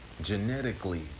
Genetically